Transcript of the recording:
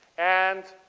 and